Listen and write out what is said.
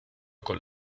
con